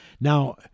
Now